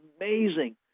amazing